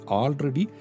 already